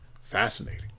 Fascinating